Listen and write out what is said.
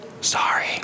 sorry